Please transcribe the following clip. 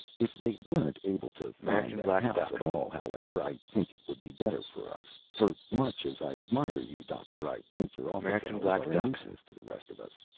if they weren't able to find the house at all, however, i think it would be better for us, for much as i admire you, doctor, i think your office hours are a nuisance to the rest of us.